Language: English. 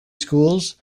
schools